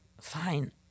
Fine